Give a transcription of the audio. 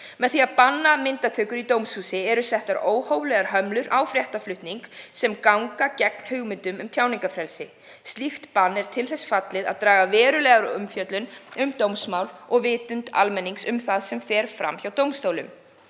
Með því að banna myndatökur í dómhúsi eru settar óhóflegar hömlur á fréttaflutning sem ganga gegn hugmyndum um tjáningarfrelsi. Slíkt bann er til þess fallið að draga verulega úr umfjöllun um dómsmál og vitund almennings um það sem fram fer hjá dómstólunum.